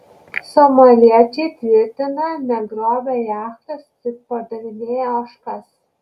somaliečiai tvirtina negrobę jachtos tik pardavinėję ožkas